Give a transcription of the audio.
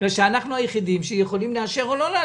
מכיוון שאנחנו היחידים שיכולים לאשר או לא לאשר.